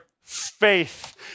faith